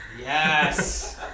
Yes